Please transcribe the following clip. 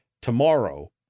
tomorrow